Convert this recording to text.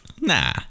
Nah